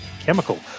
chemical